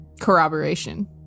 corroboration